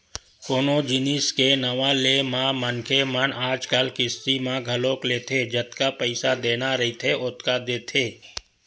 कोनो जिनिस के नवा ले म मनखे मन आजकल किस्ती म घलोक लेथे जतका पइसा देना रहिथे ओतका देथे